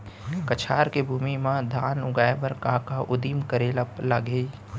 कछार के भूमि मा धान उगाए बर का का उदिम करे ला लागही?